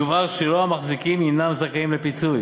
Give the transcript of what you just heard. יובהר שלא המחזיקים הם הזכאים לפיצוי,